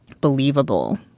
believable